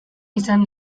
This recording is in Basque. izan